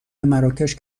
مراکش